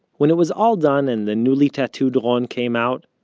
when it was all done, and the newly tattooed ron came out,